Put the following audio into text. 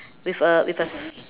with a with a